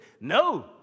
No